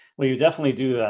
well, you definitely do that.